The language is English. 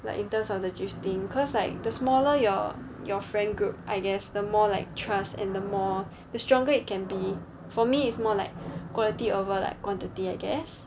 like in terms of the drifting cause like the smaller your your friend group I guess the more like trust and the more the stronger it can be for me it's more like quality over quantity I guess